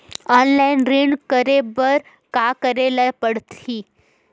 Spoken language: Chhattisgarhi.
ऑनलाइन ऋण करे बर का करे ल पड़हि?